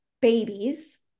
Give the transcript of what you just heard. babies